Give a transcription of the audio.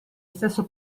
stesso